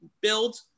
build